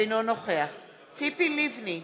אינו נוכח ציפי לבני,